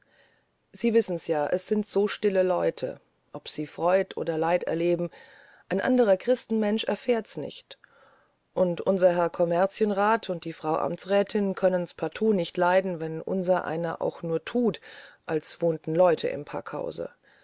sie wissen's ja es sind so stille leute ob sie freud oder leid erleben ein anderer christenmensch erfährt's nicht und unser herr kommerzienrat und die frau amtsrätin können's partout nicht leiden wenn unsereiner auch nur thut als wohnten leute im packhause